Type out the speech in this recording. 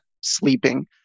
sleeping